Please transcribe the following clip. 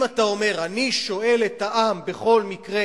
אם אתה אומר: אני שואל את העם בכל מקרה